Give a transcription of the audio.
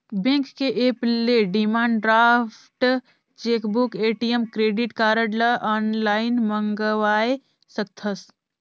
bank के app ले demand draft, chequebook, ATM, credit card ल आनलाइन मंगवाये सकथस